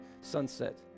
sunset